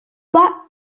pas